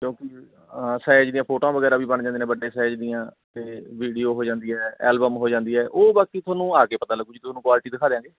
ਕਿਉਂਕਿ ਸਾਈਜ਼ ਦੀਆਂ ਫੋਟੋਆਂ ਵਗੈਰਾ ਵੀ ਬਣ ਜਾਂਦੇ ਨੇ ਵੱਡੇ ਸਾਈਜ਼ ਦੀਆਂ ਅਤੇ ਵੀਡੀਓ ਹੋ ਜਾਂਦੀ ਹੈ ਐਲਬਮ ਹੋ ਜਾਂਦੀ ਹੈ ਉਹ ਬਾਕੀ ਤੁਹਾਨੂੰ ਆ ਕੇ ਪਤਾ ਲੱਗੁ ਜੀ ਤੁਹਾਨੂੰ ਕੁਆਲਿਟੀ ਦਿਖਾ ਦਿਆਂਗੇ